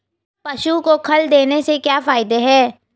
पशु को खल देने से क्या फायदे हैं?